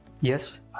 Yes